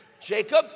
Jacob